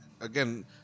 again